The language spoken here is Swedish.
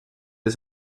det